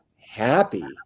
happy